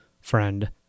friend